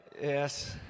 yes